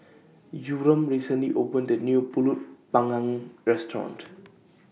Yurem recently opened A New Pulut Panggang Restaurant